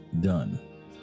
done